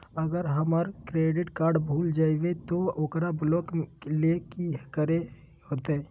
अगर हमर credit card भूल जइबे तो ओकरा ब्लॉक लें कि करे होते?